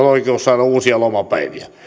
oikeus saada uusia lomapäiviä